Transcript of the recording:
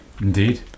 Indeed